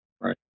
Right